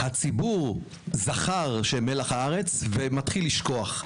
הציבור זכר שהם מלח הארץ ומתחיל לשכוח.